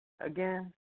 Again